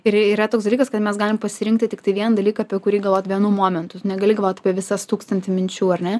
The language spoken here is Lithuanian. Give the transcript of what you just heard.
ir yra toks dalykas kad mes galim pasirinkti tiktai vieną dalyką apie kurį galvot vienu momentu tu negali galvot apie visas tūkstantį minčių ar ne